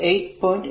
നാലു 8